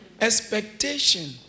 Expectation